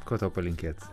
ko tau palinkėt